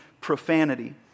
profanity